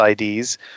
ids